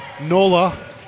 Nola